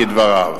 כדבריו: